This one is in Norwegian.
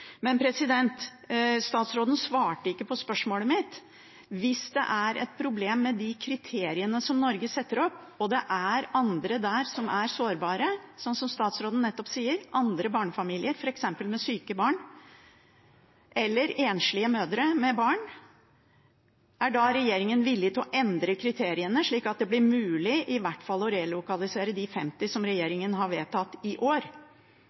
statsråden svarte ikke på spørsmålet mitt. Hvis det er et problem med de kriteriene som Norge setter opp, og det er andre der som er sårbare, sånn som statsråden nettopp sier, andre barnefamilier, f.eks. med syke barn, eller enslige mødre med barn, er da regjeringen villig til å endre kriteriene slik at det er mulig i hvert fall å relokalisere de 50 som regjeringen har vedtatt i år?